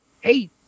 Hey